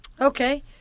Okay